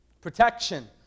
Protection